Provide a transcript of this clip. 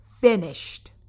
finished